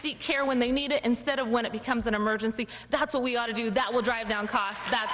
seek care when they need it instead of when it becomes an emergency that's what we ought to do that will drive down costs that